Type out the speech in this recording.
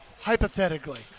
hypothetically